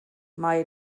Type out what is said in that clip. mei